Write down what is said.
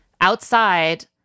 outside